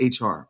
HR